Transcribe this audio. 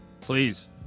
Please